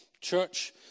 church